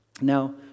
Now